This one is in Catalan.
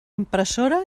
impressora